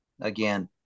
again